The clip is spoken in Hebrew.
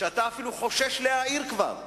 שאתה אפילו חושש להעיר כבר,